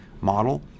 model